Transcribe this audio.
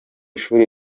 shuri